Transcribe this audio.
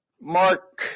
Mark